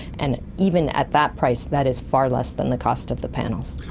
and even at that price that is far less than the cost of the panels.